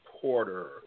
Porter